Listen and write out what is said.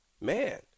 man